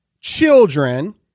children